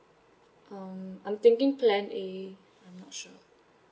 um I'm thinking plan A I'm not sure